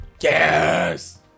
Yes